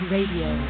Radio